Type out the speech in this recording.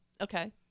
Okay